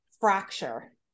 fracture